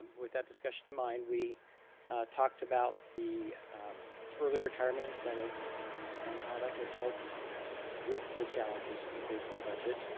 with that discussion in mind, we talked about the early retirement incentive and how that could help with the challenges that we face in the budget.